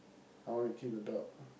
I wanna keep the dog